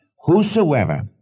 Whosoever